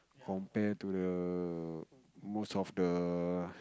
compare to the most of the